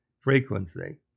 frequency